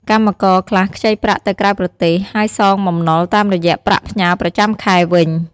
កម្មករខ្លះខ្ចីប្រាក់ទៅក្រៅប្រទេស ហើយសងបំណុលតាមរយៈប្រាក់ផ្ញើប្រចាំខែវិញ។